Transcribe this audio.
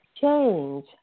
change